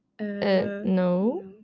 no